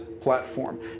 platform